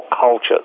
cultures